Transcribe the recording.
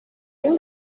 این